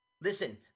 Listen